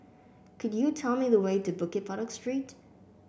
could you tell me the way to Bukit Batok Street